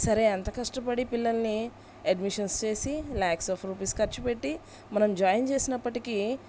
సరే అంత కష్టపడి పిల్లల్ని అడ్మిషన్స్ చేసి ల్యాక్స్ ఆఫ్ రూపీస్ ఖర్చు పెట్టి మనం జాయిన్ చేసినప్పటికీ